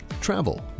Travel